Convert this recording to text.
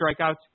strikeouts